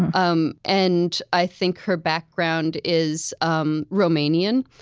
um and i think her background is um romanian,